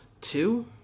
two